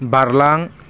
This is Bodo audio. बारलां